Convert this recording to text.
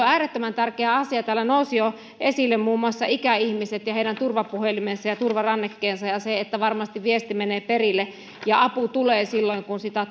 äärettömän tärkeä asia täällä nousivat jo esille muun muassa ikäihmiset ja heidän turvapuhelimensa ja ja turvarannekkeensa ja se että varmasti viesti menee perille ja apu tulee silloin kun sitä